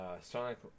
Sonic